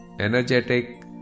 energetic